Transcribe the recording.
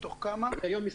מתוך כמה?